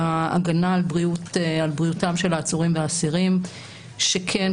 ההגנה על בריאותם של העצורים והאסירים שכן,